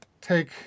take